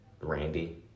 Randy